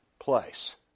place